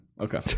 Okay